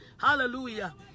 Hallelujah